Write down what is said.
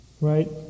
Right